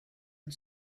and